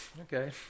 okay